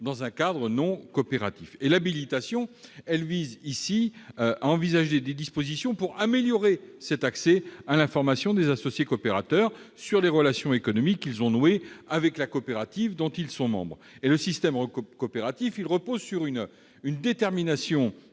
dans un cadre non coopératif. L'ordonnance vise à envisager des dispositions pour améliorer l'accès à l'information des associés-coopérateurs sur les relations économiques qu'ils ont nouées avec la coopérative dont ils sont membres. Le système coopératif repose sur la détermination